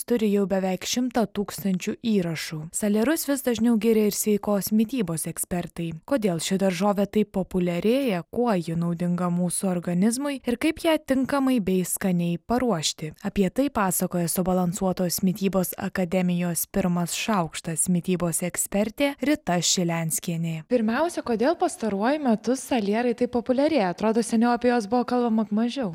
turi jau beveik šimtą tūkstančių įrašų salierus vis dažniau giria ir sveikos mitybos ekspertai kodėl ši daržovė taip populiarėja kuo ji naudinga mūsų organizmui ir kaip ją tinkamai bei skaniai paruošti apie tai pasakoja subalansuotos mitybos akademijos pirmas šaukštas mitybos ekspertė rita šilenskienė pirmiausia kodėl pastaruoju metu salierai taip populiarėja atrodo seniau apie juos buvo kalbama mažiau